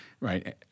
Right